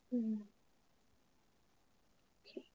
um okay